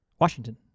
Washington